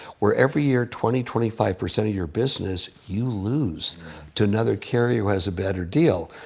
where every year, twenty, twenty five percent of your business you lose to another carrier who has a better deal.